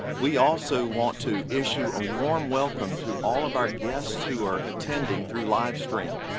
we also want to issue a warm welcome to all of our guests who are attending through live stream.